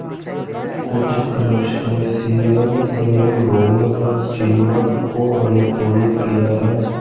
कुछ क्रस्टेशियंस ने भूमि पर जीवन को अनुकूलित किया है